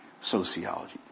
sociology